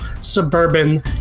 suburban